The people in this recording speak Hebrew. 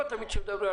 זה לא משהו שמעגנים